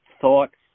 thoughts